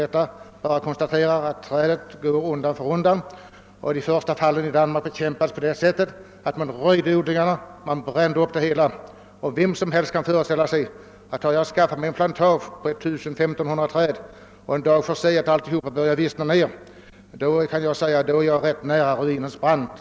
Det är bara att konstatera att trädet undan för undan dör bort. De första fallen i Danmark bekämpades på det sättet att man röjde odlingarna och brände upp alla rester av dem. Vem som helst kan föreställa sig att den som skaffat sig en plantage på kanske 1500 träd, som en dag börjar vissna ned, befinner sig på ruinens brant.